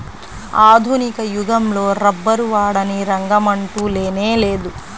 ఆధునిక యుగంలో రబ్బరు వాడని రంగమంటూ లేనేలేదు